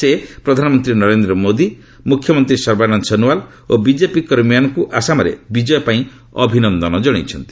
ସେ ପ୍ରଧାନମନ୍ତ୍ରୀ ନରେନ୍ଦ୍ର ମୋଦୀ ମୁଖ୍ୟମନ୍ତ୍ରୀ ସର୍ବାନନ୍ଦ ସୋନୱାଲ୍ ଓ ବିଜେପି କର୍ମୀମାନଙ୍କୁ ଆସାମରେ ବିଜୟ ପାଇଁ ଅଭିନନ୍ଦନ ଜଣାଇଛନ୍ତି